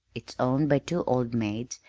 it's owned by two old maids,